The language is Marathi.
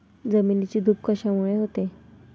जमिनीची धूप कशामुळे होते?